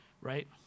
Right